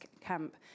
camp